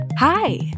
Hi